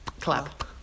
clap